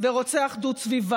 ובשם האופוזיציה כולה,